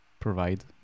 provide